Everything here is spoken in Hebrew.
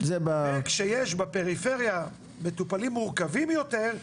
וכשיש בפריפריה מטופלים מורכבים יותר,